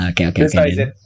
okay